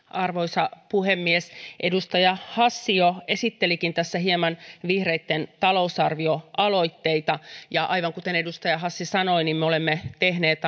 arvoisa puhemies edustaja hassi jo esittelikin hieman vihreitten talousarvioaloitteita ja aivan kuten edustaja hassi sanoi me olemme tehneet